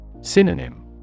Synonym